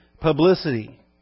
publicity